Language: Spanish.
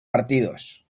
partidos